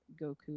Goku